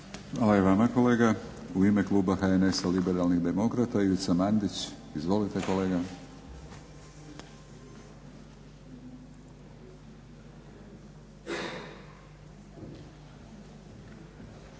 Hvala i vama kolega. U ime kluba HNS-a, Liberalnih demokrata Ivica Mandić. Izvolite kolega. **Mandić,